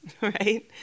right